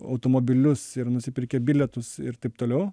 automobilius ir nusipirkę bilietus ir taip toliau